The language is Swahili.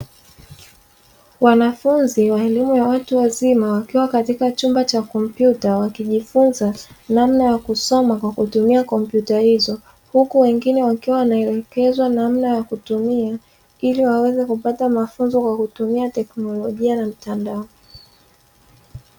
Wanafunzi wa elimu ya watu wazima wakiwa katika chumba cha kompyuta wakijifunza namna ya kusoma kwa kutumia kompyuta hizo. Huku wengine wakiwa wanaelekezwa namna ya kutumia ili waweze kupata mafunzo kwa kutumia teknolijia na mtandao.